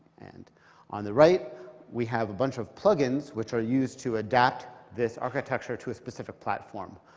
and on the right we have a bunch of plug-ins, which are used to adapt this architecture to a specific platform.